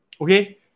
okay